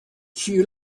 she